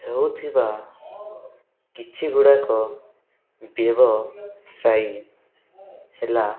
ହେଉଥିବା କିଛିଗୁଡ଼ାକ ବ୍ୟବସାୟୀ ହେଲା